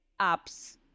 apps